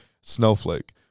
Snowflake